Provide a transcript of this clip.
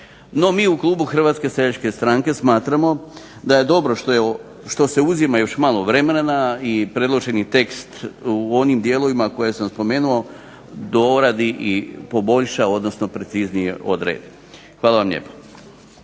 No, mi u Klubu Hrvatske seljačke stranke smatramo da je dobro što se uzima još malo vremena i predloženi tekst u onim dijelovima koje sam spomenuo doradi i poboljša odnosno preciznije odredi. Hvala vam lijepo.